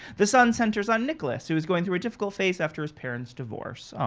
the son centers on nicholas, who is going through a difficult phase after his parents divorce.